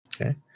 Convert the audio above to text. Okay